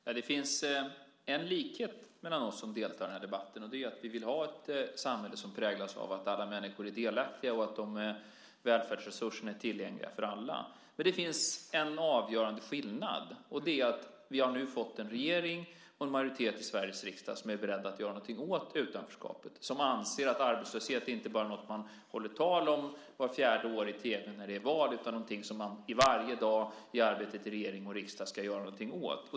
Fru talman! Det finns en likhet mellan oss som deltar i den här debatten, och det är att vi vill ha ett samhälle som präglas av att alla människor är delaktiga och att välfärdsresurserna är tillgängliga för alla. Men det finns också en avgörande skillnad, och det är att vi nu fått en regering och en majoritet i Sveriges riksdag som är beredda att göra något åt utanförskapet, som anser att arbetslöshet inte bara är något man håller tal om i tv vart fjärde år när det är val utan något som man i arbetet i regering och riksdag varje dag ska göra något åt.